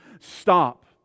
stop